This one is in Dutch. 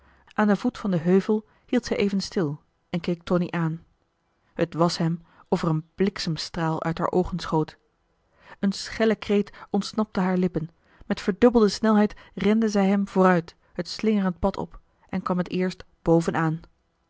aan den voet van den heuvel hield zij marcellus emants een drietal novellen even stil en keek tonie aan het was hem of er een bliksemstraal uit haar oogen schoot een schelle kreet ontsnapte haar lippen met verdubbelde snelheid rende zij hem vooruit het slingerend pad op en kwam het eerst boven